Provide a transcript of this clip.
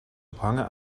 ophangen